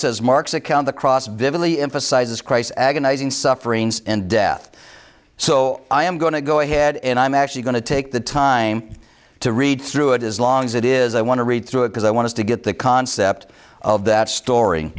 says mark's account across vividly emphasizes crisis agonizing suffering and death so i am going to go ahead and i'm actually going to take the time to read through it as long as it is i want to read through it because i want to get the concept of the story